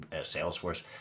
Salesforce